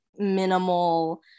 minimal